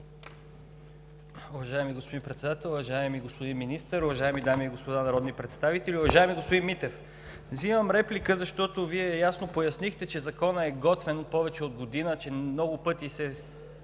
Уважаеми господин Председател, уважаеми господин Министър, уважаеми дами и господа народни представители! Уважаеми господин Митев, вземам реплика, защото Вие ясно пояснихте, че Законът е готвен повече от година, че много пъти е